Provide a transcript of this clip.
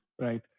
right